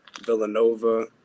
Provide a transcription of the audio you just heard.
Villanova